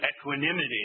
equanimity